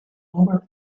number